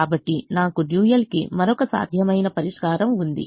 కాబట్టి నాకు డ్యూయల్కి మరో సాధ్యమైన పరిష్కారం ఉంది